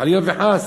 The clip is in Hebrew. חלילה וחס.